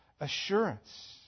assurance